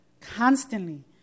Constantly